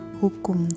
hukum